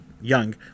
young